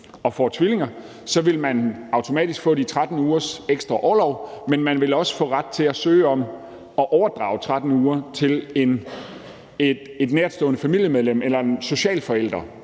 man får tvillinger, så automatisk få de 13 ugers ekstra orlov, men man vil også få ret til at søge om at overdrage 13 uger til et nærtstående familiemedlem eller en social forælder,